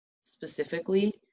specifically